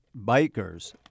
bikers